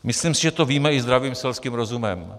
Myslím si, že to víme i zdravým selským rozumem.